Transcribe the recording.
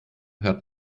hört